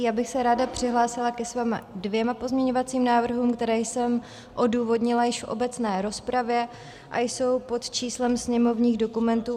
Já bych se ráda přihlásila se svým dvěma pozměňovacím návrhům, které jsem odůvodnila již v obecné rozpravě a jsou pod číslem sněmovních dokumentů 5886 a 5887.